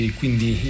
quindi